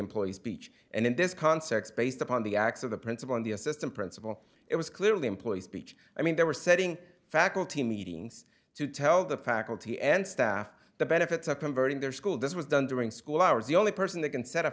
employed speech and in this context based upon the acts of the principal and the assistant principal it was clearly employees speech i mean there were setting faculty meetings to tell the faculty and staff the benefits of converting their school this was done during school hours the only person that can set a